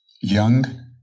Young